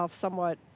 somewhat